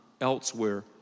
elsewhere